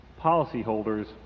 policyholders